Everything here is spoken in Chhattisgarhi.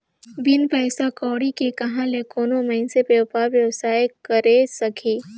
बिन पइसा कउड़ी के कहां ले कोनो मइनसे बयपार बेवसाय करे सकही